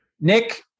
Nick